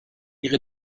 ihre